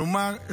כלומר,